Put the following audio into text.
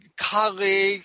colleague